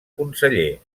conseller